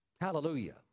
Hallelujah